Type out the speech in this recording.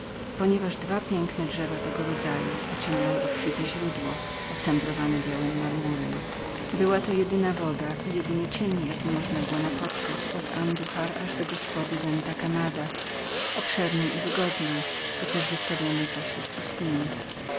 że dwa piękne drzewa tego rodzaju ocieniały obfite źródło ocembrowane białym marmurem była to jedyna woda i jedyny cień jaki można było napotkać od anduhar aż do gospody venta quemada obszernej i wygodnej chociaż wystawionej pośród pustyni